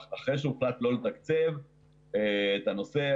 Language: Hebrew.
אחרי שהוחלט לא לתקצב את הנושא,